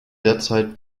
derzeit